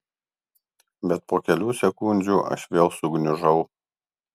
bet po kelių sekundžių aš vėl sugniužau